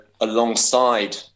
alongside